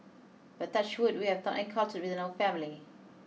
but touch wood we have not encountered within our family